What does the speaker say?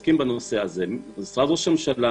שעוסקים בנושא הזה: משרד ראש הממשלה,